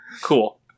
Cool